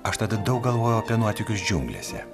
aš tada daug galvojau apie nuotykius džiunglėse